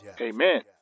Amen